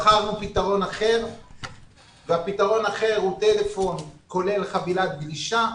בחרנו פתרון אחר והפתרון האחר הוא טלפון כולל חבילת גלישה.